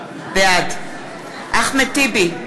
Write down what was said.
בעד אחמד טיבי,